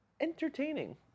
entertaining